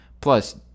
plus